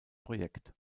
projekt